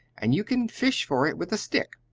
and you can fish for it with a stick.